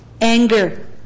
Anger